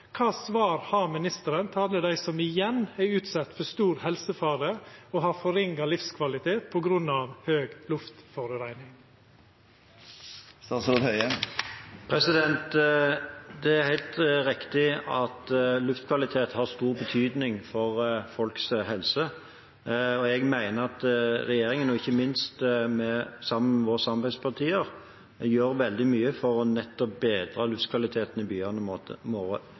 svar har ministeren til alle dei som igjen er utsette for stor helsefare og har dårlegare livskvalitet på grunn av høg luftforureining? Det er helt riktig at luftkvalitet har stor betydning for folks helse, og jeg mener at regjeringen og ikke minst våre samarbeidspartier gjør veldig mye for nettopp å bedre luftkvaliteten i byene